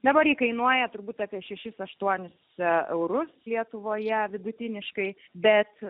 dabar kainuoja turbūt apie šešis aštuonis eurus lietuvoje vidutiniškai bet